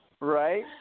Right